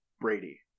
Brady